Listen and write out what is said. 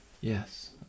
Yes